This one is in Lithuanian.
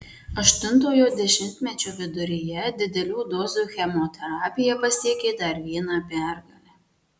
aštuntojo dešimtmečio viduryje didelių dozių chemoterapija pasiekė dar vieną pergalę